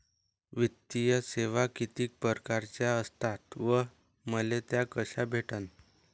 वित्तीय सेवा कितीक परकारच्या असतात व मले त्या कशा भेटन?